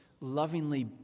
lovingly